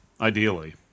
Ideally